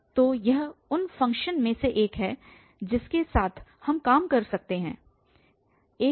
तो यह उन फ़ंक्शनस में से एक है जिसके साथ हम काम कर सकते हैं